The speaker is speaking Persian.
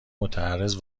معترض